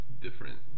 different